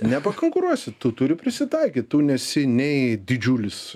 nepakonkuruosi tu turi prisitaikyt tu nesi nei didžiulis